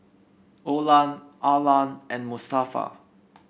Olan Arlan and Mustafa